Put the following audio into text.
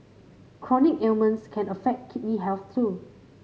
chronic ailments can affect kidney health too